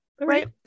right